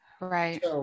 right